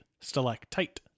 stalactite